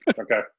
Okay